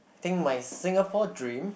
think my Singapore dream